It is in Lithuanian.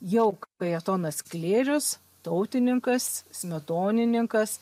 jau kajetonas sklėrius tautininkas smetonininkas